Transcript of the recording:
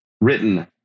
written